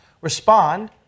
respond